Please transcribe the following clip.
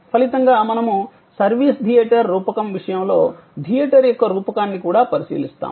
ఫలితంగా మనము service theatre రూపకం విషయంలో థియేటర్ యొక్క రూపకాన్ని కూడా పరిశీలిస్తాము